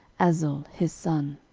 azel his son.